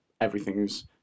everything's